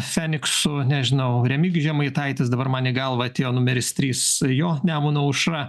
feniksu nežinau remigijus žemaitaitis dabar man į galvą atėjo numeris trys jo nemuno aušra